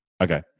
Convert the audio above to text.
Okay